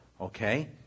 okay